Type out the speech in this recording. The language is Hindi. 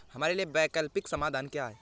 हमारे लिए वैकल्पिक समाधान क्या है?